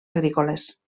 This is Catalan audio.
agrícoles